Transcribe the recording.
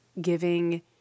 giving